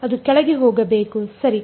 ಅದು ಕೆಳಗೆ ಹೋಗಬೇಕು ಸರಿ